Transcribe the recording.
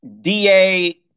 DA